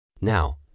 Now